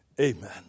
Amen